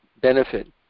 benefit